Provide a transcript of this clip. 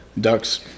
ducks